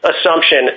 assumption